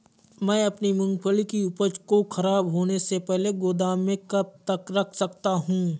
मैं अपनी मूँगफली की उपज को ख़राब होने से पहले गोदाम में कब तक रख सकता हूँ?